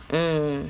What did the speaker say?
mm